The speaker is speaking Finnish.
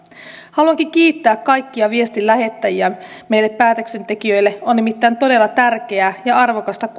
haluankin kiittää kaikkia viestin lähettäjiä meille päätöksentekijöille on nimittäin todella tärkeää ja arvokasta